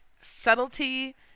subtlety